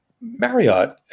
Marriott